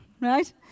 Right